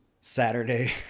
Saturday